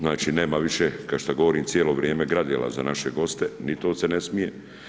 Znači nema više kao što govorim cijelo vrijeme gradela za naše goste, ni to se ne smije.